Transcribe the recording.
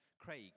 Craig